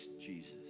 Jesus